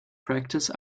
practice